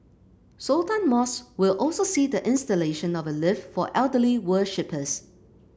Sultan Mosque will also see the installation of a lift for elderly worshippers